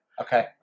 Okay